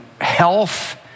health